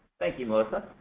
thank you melissa.